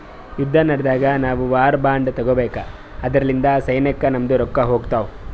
ಯುದ್ದ ನಡ್ಯಾಗ್ ನಾವು ವಾರ್ ಬಾಂಡ್ ತಗೋಬೇಕು ಅದುರ್ಲಿಂದ ಸೈನ್ಯಕ್ ನಮ್ದು ರೊಕ್ಕಾ ಹೋತ್ತಾವ್